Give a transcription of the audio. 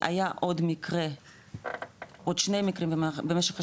היה עוד שני מקרים, במשך השנים,